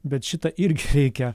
bet šitą irgi reikia